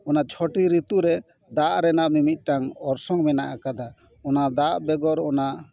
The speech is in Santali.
ᱚᱱᱟ ᱪᱷᱚᱴᱤ ᱨᱤᱛᱩ ᱨᱮ ᱫᱟᱜ ᱨᱮᱱᱟᱜ ᱢᱤᱼᱢᱤᱫᱴᱟᱝ ᱚᱨᱥᱚᱝ ᱢᱮᱱᱟᱜ ᱟᱠᱟᱫᱟ ᱚᱱᱟ ᱫᱟᱜ ᱵᱮᱜᱚᱨ ᱚᱱᱟ